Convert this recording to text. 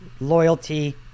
loyalty